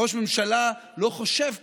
ראש ממשלה לא חושב כך,